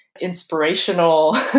inspirational